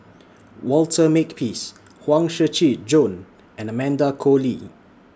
Walter Makepeace Huang Shiqi Joan and Amanda Koe Lee